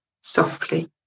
softly